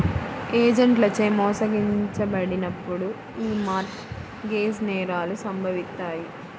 ఏజెంట్లచే మోసగించబడినప్పుడు యీ మార్ట్ గేజ్ నేరాలు సంభవిత్తాయి